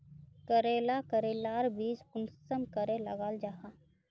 करेला करेलार बीज कुंसम करे लगा जाहा?